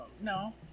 no